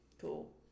Cool